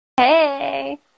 Hey